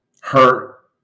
hurt